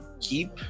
keep